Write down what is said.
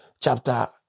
chapter